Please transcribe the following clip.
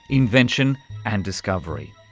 invention and discovery.